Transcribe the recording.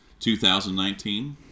2019